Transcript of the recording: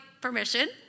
permission